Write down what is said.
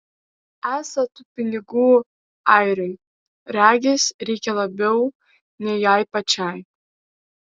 esą tų pinigų airiui regis reikia labiau nei jai pačiai